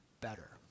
better